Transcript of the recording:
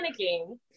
panicking